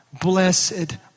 Blessed